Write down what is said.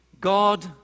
God